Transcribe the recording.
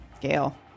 Gail